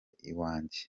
iwanjye